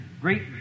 great